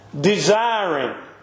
Desiring